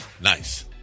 Nice